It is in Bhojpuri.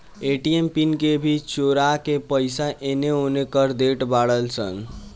ए.टी.एम पिन के भी चोरा के पईसा एनेओने कर देत बाड़ऽ सन